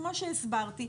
כמו שהסברתי,